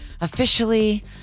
Officially